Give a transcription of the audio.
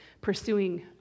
pursuing